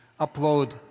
upload